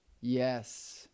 Yes